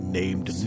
named